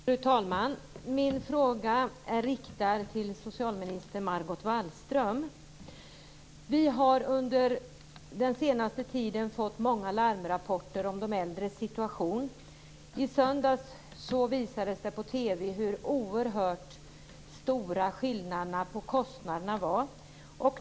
Fru talman! Min fråga är riktad till socialminister Margot Wallström. Vi har under den senaste tiden fått många larmrapporter om de äldres situation. I söndags visades det på TV hur oerhört stora skillnaderna i kostnader var.